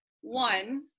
One